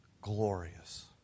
glorious